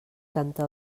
canta